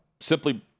Simply